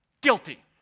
guilty